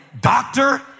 doctor